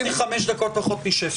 דיברתי חמש דקות פחות משפטל.